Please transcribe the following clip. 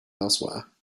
elsewhere